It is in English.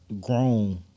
grown